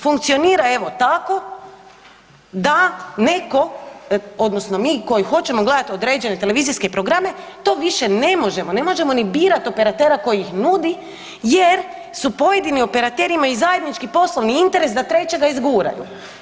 Funkcionira evo tako da netko odnosno mi koji hoćemo gledati određene televizijske programe to više ne možemo, ne možemo ni birati operatera koji ih nudi jer su pojedinim operaterima i zajednički poslovni interes da trećega izguraju.